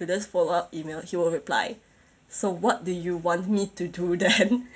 in his follow up email he will reply so what do you want me to do then